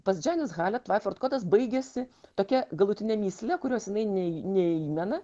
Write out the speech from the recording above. pas džianis halet tvaiford kodas baigiasi tokia galutine mįsle kurios jinai ne neįmena